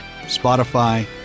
Spotify